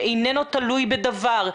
שאיננו תלוי בדבר,